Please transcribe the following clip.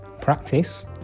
practice